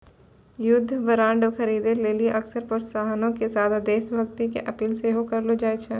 युद्ध बांड खरीदे लेली अक्सर प्रोत्साहनो के साथे देश भक्ति के अपील सेहो करलो जाय छै